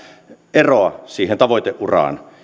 eroa siihen tavoiteuraan